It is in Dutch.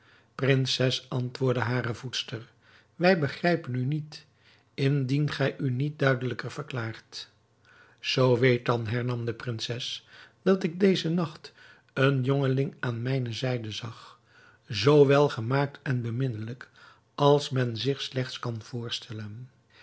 prinses antwoordde hare voedster wij begrijpen u niet indien gij u niet duidelijker verklaart zoo weet dan hernam de prinses dat ik dezen nacht een jongeling aan mijne zijde zag zoo welgemaakt en beminnelijk als men zich slechts kan voorstellen